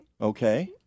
Okay